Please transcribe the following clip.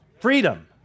Freedom